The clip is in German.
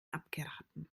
abgeraten